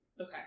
Okay